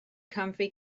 comfy